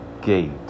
gate